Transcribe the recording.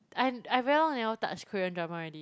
I I very long never touch Korean drama already